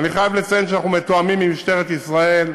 אני חייב לציין שאנחנו מתואמים עם משטרת ישראל,